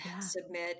submit